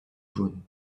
jaune